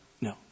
No